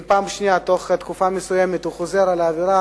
אם בפעם שנייה בתוך תקופה מסוימת הוא חוזר על העבירה,